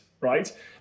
right